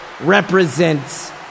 represents